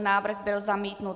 Návrh byl zamítnut.